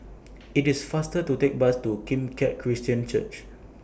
IT IS faster to Take Bus to Kim Keat Christian Church